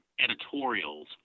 editorials